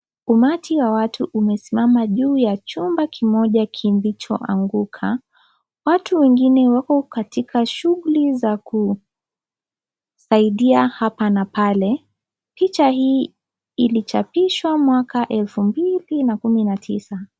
Umati wa watu umesimama juu ya chumba kimoja kilichoanguka. Watu wengine wako katika shughuli za kusaidia hapa na pale. Picha hii ilichapishwa mwaka elfu mbili na kumi na tisa.